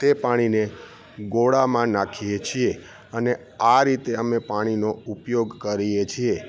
તે પાણીને ગોળામાં નાખીએ છીએ અને આ રીતે અમે પાણીનો ઉપયોગ કરીએ છીએ